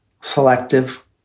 selective